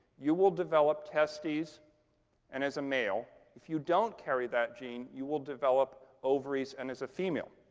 you will develop testes and as a male. if you don't carry that gene, you will develop ovaries and as a female.